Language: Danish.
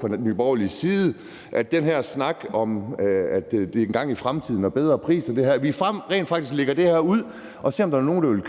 fra Nye Borgerliges side håbe på, at der er noget om den her snak om, at det engang i fremtiden vil give en bedre pris, altså at vi rent faktisk lægger det her ud og ser, om der er nogen, der vil købe det.